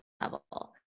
level